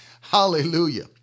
Hallelujah